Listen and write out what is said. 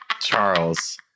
Charles